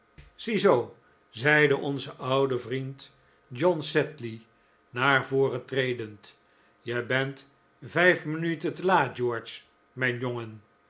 ziezoo zeide onze oude vriend jos sedley naar voren tredend je bent vijf minuten te laat george mijn jongen